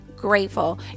grateful